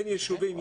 בין ישובים,